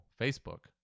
Facebook